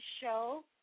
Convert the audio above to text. Show